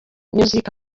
music